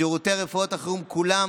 שירותי רפואת החירום כולם,